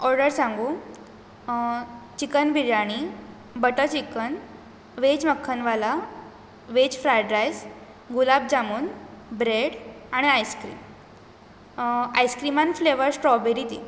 order सांगूं chicken biryani butter chicken veg makhanwala veg fried rice gulab jamun bread आनी ice cream आयसक्रीमान फ्लेवर स्ट्रॉबेरी दी